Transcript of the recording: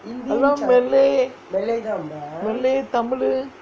எல்லாம்:ellam malay malay tamil uh